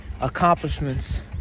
accomplishments